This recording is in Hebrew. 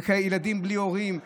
וילדים בלי הורים.